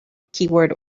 keyword